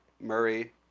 Murray